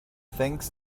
thanks